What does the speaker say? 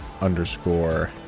underscore